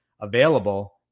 available